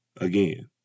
again